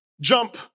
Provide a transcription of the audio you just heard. jump